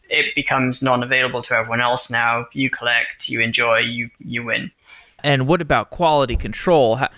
it becomes non-available to everyone else now. you collect, you enjoy, you you win and what about quality control?